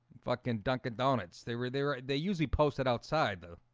fucking dunkin donuts. they were there they usually posted outside though